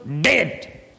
dead